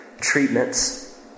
treatments